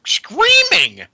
screaming